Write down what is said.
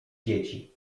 dzieci